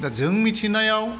जों मिथिनायाव